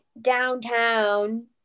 downtown